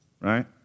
Right